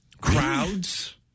crowds